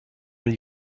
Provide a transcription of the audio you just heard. gli